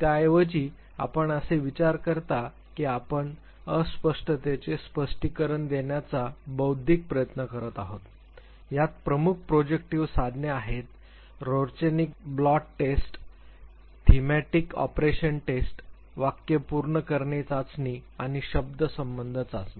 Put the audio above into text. त्याऐवजी आपण असे विचार करता की आपण अस्पष्टतेचे स्पष्टीकरण देण्याचा बौद्धिक प्रयत्न करत आहोत यात प्रमुख प्रोजेक्टिव साधने आहेत Rorschach blot test thematic apperception test वाक्य पूर्ण करणे चाचणी आणि शब्द संबंध चाचणी